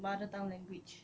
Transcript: mother tongue language